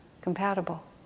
compatible